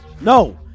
No